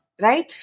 Right